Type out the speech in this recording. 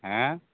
आयँ